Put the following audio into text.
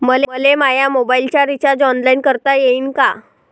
मले माया मोबाईलचा रिचार्ज ऑनलाईन करता येईन का?